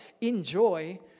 enjoy